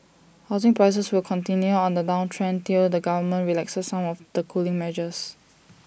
housing prices will continue on the downtrend till the government relaxes some of the cooling measures